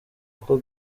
uko